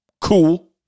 Cool